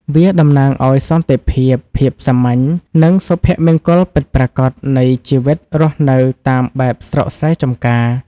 វាតំណាងឱ្យសន្តិភាព ភាពសាមញ្ញ និងសុភមង្គលពិតប្រាកដនៃជីវិតរស់នៅតាមបែបស្រុកស្រែចម្ការ។